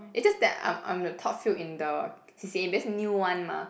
it's just that I'm I'm the top few in the C_C_A base new one mah